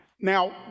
Now